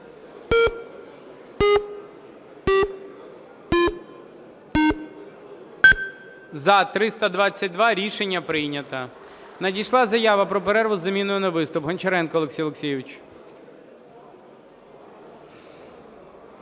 За-322 Рішення прийнято. Надійшла заява про перерву із заміною на виступ. Гончаренко Олексій Олексійович.